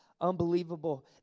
unbelievable